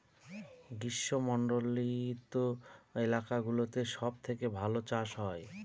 গ্রীষ্মমন্ডলীত এলাকা গুলোতে সব থেকে ভালো চাষ করা হয়